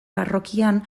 parrokian